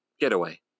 Getaway